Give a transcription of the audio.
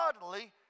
godly